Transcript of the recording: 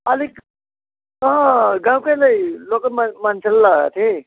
अलिक अँ गाउँकैलाई लोकल मान् मान्छेलाई लगाएको थिएँ